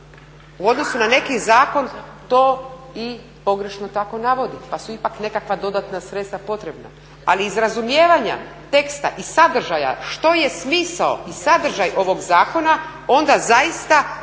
u odnosu na neki zakon to i pogrešno tako navodi pa su ipak nekakva dodatna sredstva potrebna, ali iz razumijevanja teksta i sadržaja što je smisao i sadržaj ovog zakona onda zaista tomu